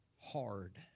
Hard